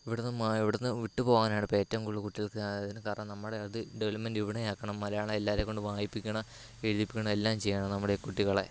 ഇവിടുന്ന് മാ ഇവിടുന്ന് വിട്ട് പോകാനാണ് ഇപ്പോൾ ഏറ്റവും കൂടുതൽ കുട്ടികൾക്ക് ഇതിന് കാരണം നമ്മുടെ അത് ഡവലപ്മെന്റ് ഇവിടെയാക്കണം മലയാളം എല്ലാരെക്കൊണ്ടും വായിപ്പിക്കണം എഴുതിപ്പിക്കണം എല്ലാം ചെയ്യണം നമ്മുടെ കുട്ടികളെ